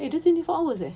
eh dia twenty four hours eh